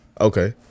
Okay